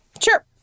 Sure